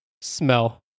smell